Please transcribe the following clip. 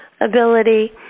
ability